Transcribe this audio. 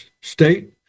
state